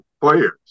players